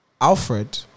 Alfred